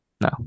No